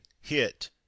hit